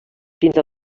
fins